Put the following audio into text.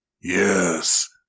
Yes